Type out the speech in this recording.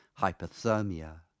hypothermia